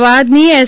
અમદાવાદની એસ